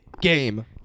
Game